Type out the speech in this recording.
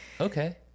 okay